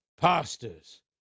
pastors